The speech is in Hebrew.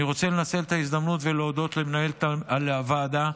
אני רוצה לנצל את ההזדמנות ולהודות למנהלת הוועדה